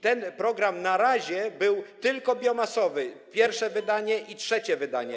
Ten program na razie był tylko biomasowy, pierwsze wydanie i trzecie wydanie.